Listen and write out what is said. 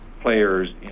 players